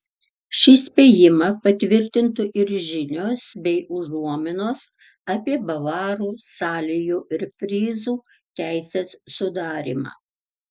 šį spėjimą patvirtintų ir žinios bei užuominos apie bavarų salijų ir fryzų teisės sudarymą